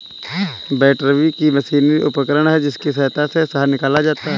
बैटरबी एक मशीनी उपकरण है जिसकी सहायता से शहद निकाला जाता है